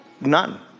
None